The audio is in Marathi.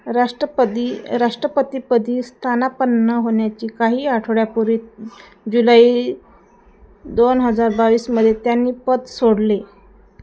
राष्ट्रपदी राष्ट्रपतीपदी स्थानापन्न होण्याची काही आठवड्यापूर्वी जुलै दोन हजार बावीसमध्ये त्यांनी पद सोडले